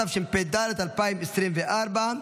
התשפ"ד 2024,